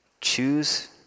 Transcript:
Choose